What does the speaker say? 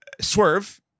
swerve